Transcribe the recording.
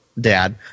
Dad